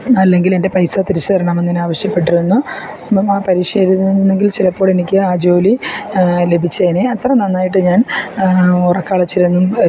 അല്ലെങ്കിൽ എൻ്റെ പൈസ തിരിച്ചു തരണമെന്ന് ഞാൻ ആവശ്യപ്പെട്ടിരുന്നു ഞാൻ ആ പരീക്ഷ എഴുതിയിരുന്നെങ്കിൽ ചിലപ്പോൾ എനിക്ക് ആ ജോലി ലഭിച്ചേനെ അത്ര നന്നായിട്ട് ഞാൻ ഉറക്കം ഇളച്ചിരുന്നും